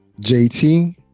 JT